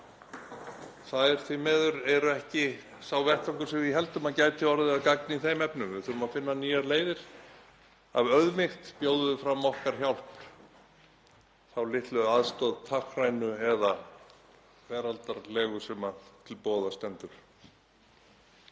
toga, eru því miður ekki sá vettvangur sem við héldum að gæti orðið að gagni í þeim efnum. Við þurfum að finna nýjar leiðir. Af auðmýkt bjóðum fram okkar hjálp, þá litlu aðstoð, táknrænu eða veraldarlegu, sem til boða stendur.